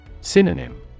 Synonym